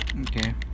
Okay